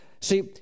See